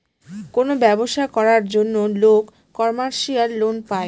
কোনো ব্যবসা করার জন্য লোক কমার্শিয়াল লোন পায়